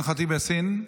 אימאן ח'טיב יאסין.